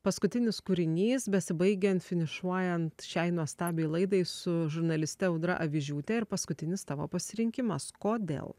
paskutinis kūrinys besibaigiant finišuojant šiai nuostabiai laidai su žurnaliste audra avižiūte ir paskutinis tavo pasirinkimas kodėl